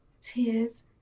tears